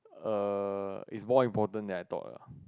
err is more important than I thought ah